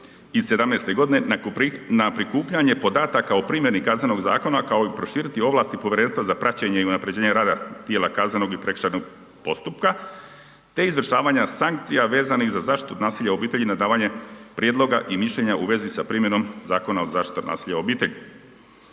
iz 2017. g. na prikupljanje podataka o primjeni KZ-a kao i proširiti ovlasti Povjerenstva za praćenje i unaprjeđenje rada tijela kaznenog i prekršajnog postupka te izvršavanja sankcija vezanih za zaštitu od nasilja u obitelji na davanje prijedloga i mišljenja u vezi sa primjenom Zakona o zaštiti od nasilja u obitelji